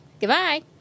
Goodbye